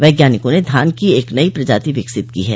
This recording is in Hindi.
वैज्ञानिकों ने धान की एक नई प्रजाति विकसित की है